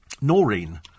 Noreen